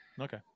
Okay